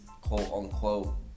quote-unquote